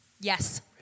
Yes